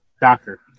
Doctor